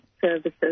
services